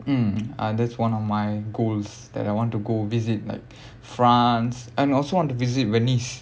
mm uh that's one of my goals that I want to go visit like france and I also want to visit venice